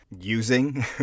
using